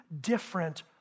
different